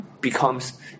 becomes